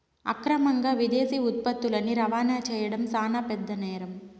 అక్రమంగా విదేశీ ఉత్పత్తులని రవాణా చేయడం శాన పెద్ద నేరం